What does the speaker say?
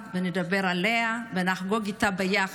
נדבר עליה ונחגוג איתה ביחד,